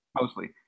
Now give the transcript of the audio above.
Mostly